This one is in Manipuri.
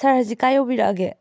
ꯁꯥꯔ ꯍꯧꯖꯤꯛ ꯀꯥꯏ ꯌꯧꯕꯤꯔꯛꯑꯒꯦ